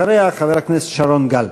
אחריה, חבר הכנסת שרון גל.